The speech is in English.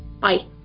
bye